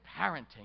parenting